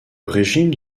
régime